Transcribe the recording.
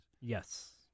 Yes